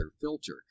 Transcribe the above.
filter